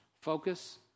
Focus